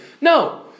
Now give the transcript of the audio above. No